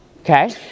Okay